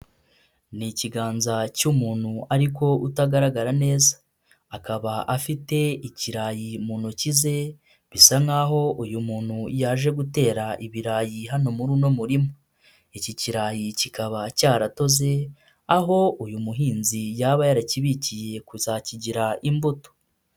Ni ikiganza cy'umuntu ariko utagaragara neza, akaba afite ikirayi mu ntoki ze, bisa nk'aho uyu muntu yaje gutera ibirayi hano muri uno murima, iki kirayi kikaba cyaratoze, aho uyu muhinzi yaba yarakibikiye kuzakigira imbuto.